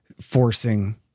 forcing